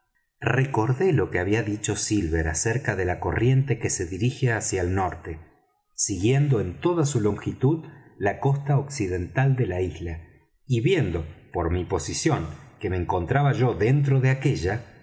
recordé lo que había dicho silver acerca de la corriente que se dirige hacia el norte siguiendo en toda su longitud la costa occidental de la isla y viendo por mi posición que me encontraba yo dentro de aquélla